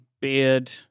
beard